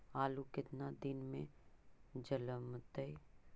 आलू केतना दिन में जलमतइ?